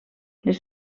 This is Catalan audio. les